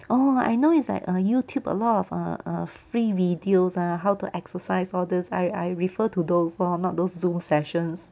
oh I know it's like err youtube a lot of err err free videos ah how to exercise all this I I refer to those lor not those zoom sessions